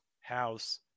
house